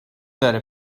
داره